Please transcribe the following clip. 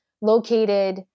located